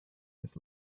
his